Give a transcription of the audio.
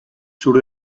sur